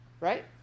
Right